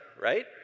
right